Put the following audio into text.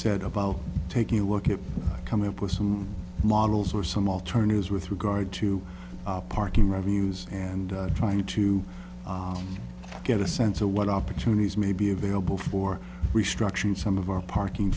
said about taking a look at coming up with some models or some alternatives with regard to parking revenues and trying to get a sense of what opportunities may be available for restructuring some of our parking